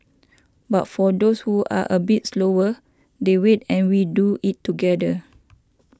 but for those who are a bit slower they wait and we do it together